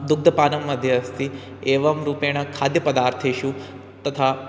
दुग्धपानं मध्ये अस्ति एवं रूपेण खाद्यपदार्थेषु तथा